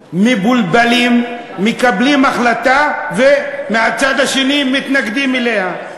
מבולבלים, מקבלים החלטה, ומהצד השני מתנגדים לה.